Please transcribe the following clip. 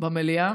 במליאה